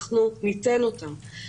אנחנו ניתן אותם.